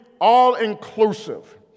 all-inclusive